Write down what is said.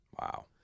Wow